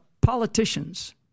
politicians